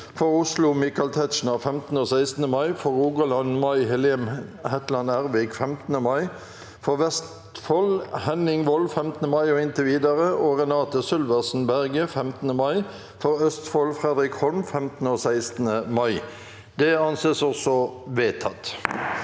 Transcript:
For Oslo: Michael Tetzschner 15.–16. mai For Rogaland: May Helen Hetland Ervik 15. mai For Vestfold: Henning Wold 15. mai og inntil videre og Renate Sølversen Berge 15. mai For Østfold: Fredrik Holm 15.–16. mai S ak nr.